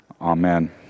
Amen